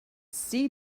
see